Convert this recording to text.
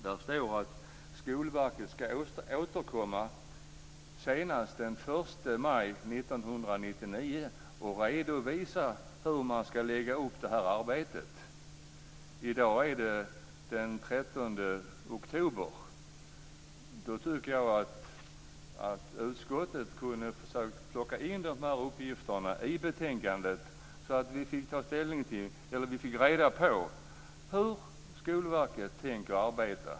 Det står att Skolverket ska återkomma senast den 1 maj 1999 och redovisa hur man ska lägga upp det här arbetet. I dag är det den 13 oktober. Jag tycker att utskottet kunde ha försökt plocka in de här uppgifterna i betänkandet, så att vi fick reda på hur Skolverket tänker arbeta.